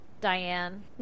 Diane